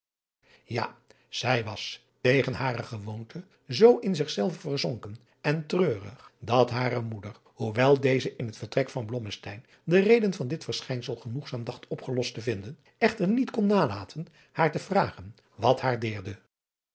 ja zij was tegen hare gewoonte zoo in zich zelve verzonken en treurig dat hare moeder hoewel deze in het vertrek van blommesteyn de reden van dit verschijnsel genoegzaam dacht opgelost te vinden echter niet kon nalaten haar te vragen wat haar deerde